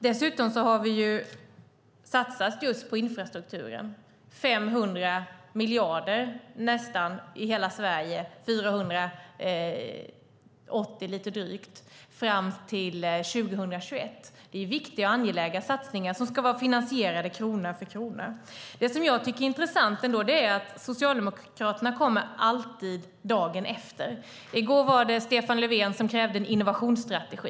Dessutom har vi satsat just på infrastruktur, nästan 500 miljarder i hela Sverige, ja, 480 miljarder lite drygt fram till 2021. Det är viktiga och angelägna satsningar som ska vara finansierade krona för krona. Jag tycker det är intressant att Socialdemokraterna alltid kommer dagen efter. I går var det Stefan Löfven som krävde en innovationsstrategi.